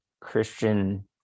Christian